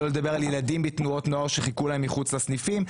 שלא לדבר על ילדים בתנועות נוער שחיכו להם מחוץ לסניפים.